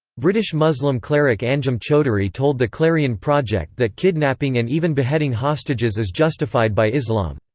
british muslim cleric anjem choudary told the clarion project that kidnapping and even beheading hostages is justified by islam.